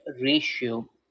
ratio